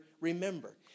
remember